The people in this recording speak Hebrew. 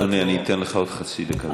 אדוני, אני אתן לך עוד חצי דקה.